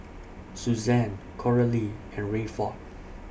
Suzanne Coralie and Rayford